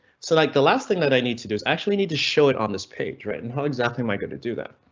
so like the last thing that i need to do is actually need to show it on this page right? and how exactly am i going to do that?